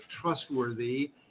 trustworthy